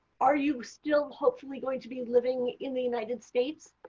are you still hopefully going to be living in the united states?